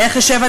איך אשב,